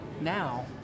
now